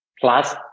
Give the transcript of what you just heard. plus